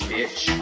Bitch